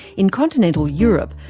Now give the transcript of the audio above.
in continental europe,